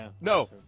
no